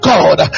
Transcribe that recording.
God